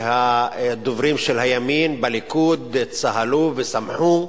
והדוברים של הימין בליכוד צהלו ושמחו,